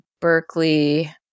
Berkeley